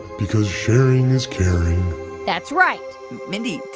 because sharing is caring that's right mindy,